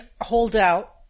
holdout